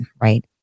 right